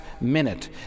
minute